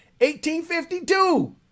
1852